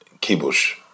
Kibush